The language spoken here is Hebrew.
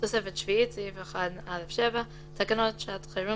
"תוספת שביעית (סעיף 1(א)(7)) תקנות שעת חירום